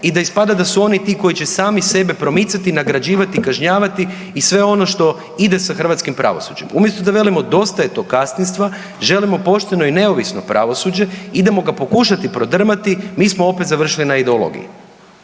i da ispada da su oni ti koji će sami sebe promicati, nagrađivati, kažnjavati i sve ono što ide sa hrvatskim pravosuđem. Umjesto da velimo dosta je tog kastinstva, želimo pošteno i neovisno pravosuđe, idemo ga pokušati prodrmati, mi smo opet završili na ideologiji.